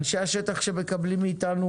אנשי השטח שמקבלים מאתנו